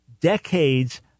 decades